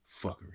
fuckery